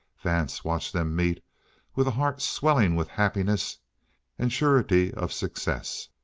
vance watched them meet with a heart swelling with happiness and surety of success.